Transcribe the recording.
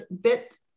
bit